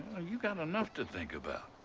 you've got enough to think about.